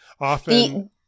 Often